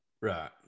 Right